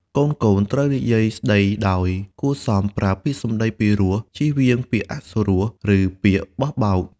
កូនៗត្រូវនិយាយស្តីដោយគួរសម ប្រើពាក្យសំដីពីរោះ ចៀសវាងពាក្យអសុរោះ ឬពាក្យបោះបោក។